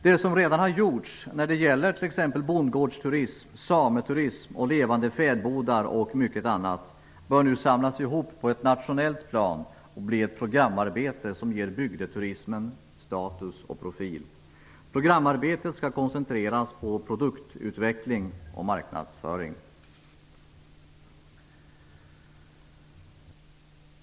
Det som redan har gjorts när det gäller t.ex. bondgårdsturism, sameturism och levande fäbodar och annat bör nu samlas ihop på ett nationellt plan och bli ett programarbete som ger bygdeturismen status och profil. Programarbetet skall koncentreras på produktutveckling och marknadsföring.